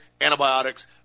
antibiotics